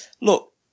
look